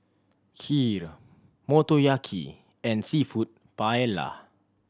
Kheer Motoyaki and Seafood Paella